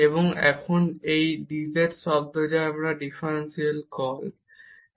এবং এখন এই dz কে আমরা ডিফারেনশিয়াল বলি